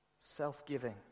Self-giving